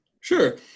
Sure